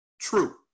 true